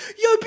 yo